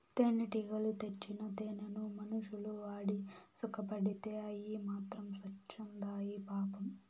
తేనెటీగలు తెచ్చిన తేనెను మనుషులు వాడి సుకపడితే అయ్యి మాత్రం సత్చాండాయి పాపం